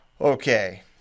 okay